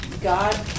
God